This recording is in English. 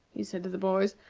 he said to the boys,